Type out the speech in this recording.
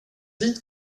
dit